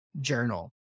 journal